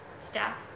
staff